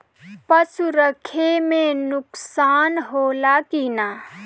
पशु रखे मे नुकसान होला कि न?